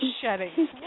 shedding